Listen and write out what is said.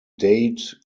dade